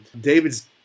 David's